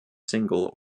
single